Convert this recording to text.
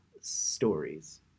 stories